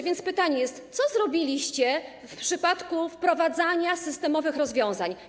Więc pytanie: Co zrobiliście w przypadku wprowadzania systemowych rozwiązań?